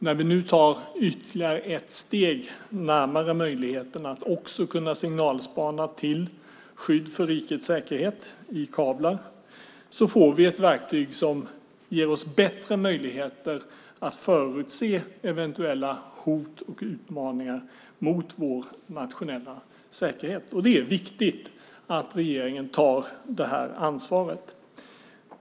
När vi nu tar ytterligare ett steg närmare möjligheten att signalspana till skydd för rikets säkerhet i kablar får vi ett verktyg som ger oss bättre möjligheter att förutse eventuella hot och utmaningar mot vår nationella säkerhet. Det är viktigt att regeringen tar det ansvaret.